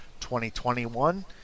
2021